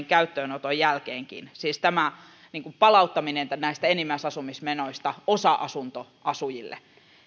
käyttöönoton jälkeenkin siis tämä palauttaminen näistä enimmäisasumismenoista osa asuntoasujille